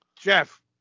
Jeff